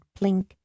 plink